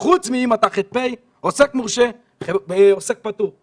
חוץ מאם אתה ח"פ, עוסק מורשה ועוסק פטור?